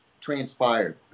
transpired